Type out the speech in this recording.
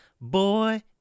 boy